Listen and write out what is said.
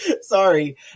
Sorry